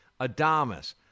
Adamas